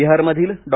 बिहारमधील डॉ